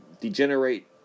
degenerate